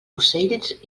ocells